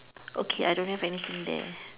okay I don't have anything there